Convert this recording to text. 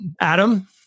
Adam